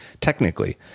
technically